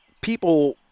people